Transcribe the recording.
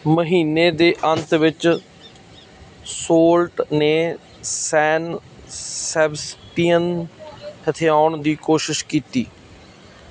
ਮਹੀਨੇ ਦੇ ਅੰਤ ਵਿੱਚ ਸੋਲਟ ਨੇ ਸੈਨ ਸੇਬੇਸਟੀਅਨ ਹਥਿਆਉਣ ਦੀ ਕੋਸ਼ਿਸ਼ ਕੀਤੀ